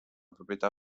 proprietà